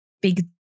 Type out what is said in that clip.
big